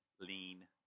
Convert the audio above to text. lean